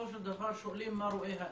בסופו של דבר שואלים מה רואה האזרח.